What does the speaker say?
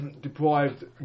Deprived